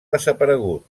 desaparegut